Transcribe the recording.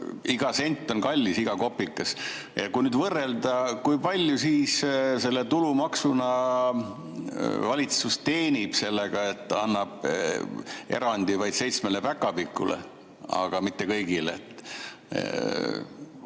iga sent on kallis, iga kopikas. Kui nüüd võrrelda, siis kui palju tulumaksuna valitsus teenib sellega, et ta annab erandi vaid seitsmele päkapikule, aga mitte kõigile?